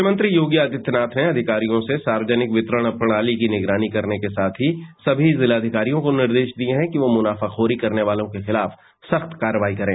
मुख्यमंत्री योगी आदित्यनात ने अधिकारियों से सार्वजनिक वितरण प्रणाली की निगरानी करने के साथही सभी जिलाधिकारियों को निर्देश दिये हैं कि वो मुनाफाखोरी करने वालों के खिताफ सख्त कार्रवाई करें